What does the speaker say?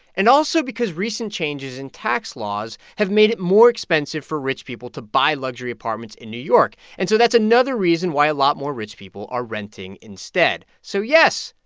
and also because recent changes in tax laws have made it more expensive for rich people to buy luxury apartments in new york, and so that's another reason why a lot more rich people are renting instead. so, yes,